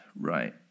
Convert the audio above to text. right